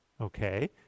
Okay